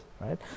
right